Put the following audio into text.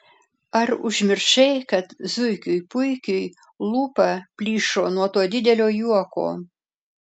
ar užmiršai kad zuikiui puikiui lūpa plyšo nuo to didelio juoko